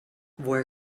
woher